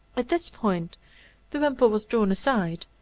at this point the wimple was drawn aside,